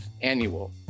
Annual